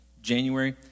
January